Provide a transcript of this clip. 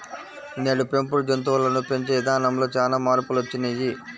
నేడు పెంపుడు జంతువులను పెంచే ఇదానంలో చానా మార్పులొచ్చినియ్యి